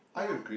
ya